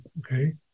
Okay